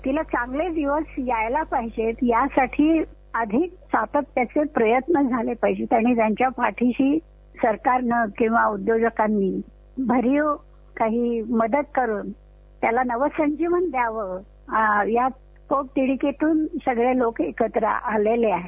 तीला चांगले दिवस यायला पाहीजेत यासाठी आधी सातत्याचे प्रयत्न झाले पाहीजेत आणि त्यांच्या पाठीशी सरकारनं किंवा उद्योजकांनी भरीव काही मदत करुन त्या नवसंजीवनी द्यावं या पोटतीडकीतून सगळे लोक एकत्र आलेले आहेत